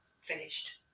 finished